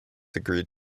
agreed